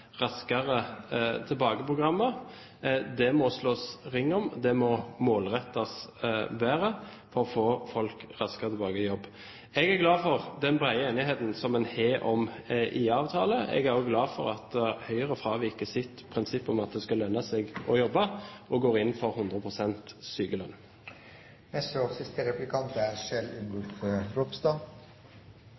Raskere tilbake-programmer. Det må det slås ring om. Det må målrettes bedre, for å få folk raskere tilbake i jobb. Jeg er glad for den brede enigheten som vi har om IA-avtalen. Jeg er også glad for at Høyre fraviker sitt prinsipp om at det skal lønne seg å jobbe, og går inn for 100 pst. sykelønn. Det var eit godt innlegg frå representanten Pollestad, med mye god sentrumspolitikk. Senterpartiet og